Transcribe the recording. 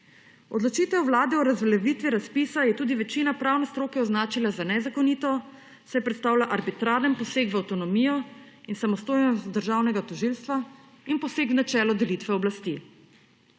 Odločitev Vlade o razveljavitvi razpisa je tudi večina pravne stroke označila za nezakonito, saj predstavlja arbitraren poseg v avtonomijo in samostojnost državnega tožilstva in poseg v načelo delitve oblasti.